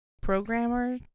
programmer